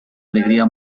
alegría